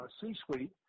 C-suite